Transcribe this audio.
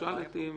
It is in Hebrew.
אני